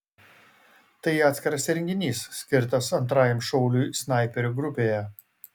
tai atskiras įrenginys skirtas antrajam šauliui snaiperių grupėje